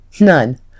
None